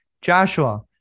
Joshua